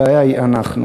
הבעיה היא אנחנו.